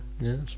Yes